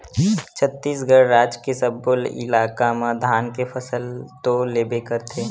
छत्तीसगढ़ राज के सब्बो इलाका म धान के फसल तो लेबे करथे